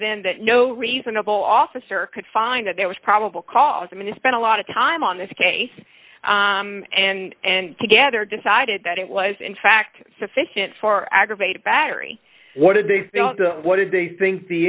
then that no reasonable officer could find that there was probable cause i mean to spend a lot of time on this case and together decided that it was in fact sufficient for aggravated battery what did they what did they think the